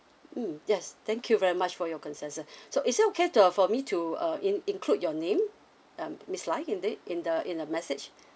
mm yes thank you very much for your consensus so is it okay to uh for me to uh in include your name uh miss lai in it in the in the message